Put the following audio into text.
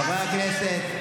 חברי הכנסת,